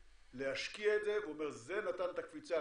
להשקיע את זה וזה נתן את הקפיצה.